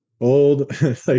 old